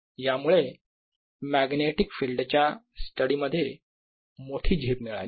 यामुळे magnetic field च्या study मध्ये मोठी झेप मिळाली